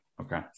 Okay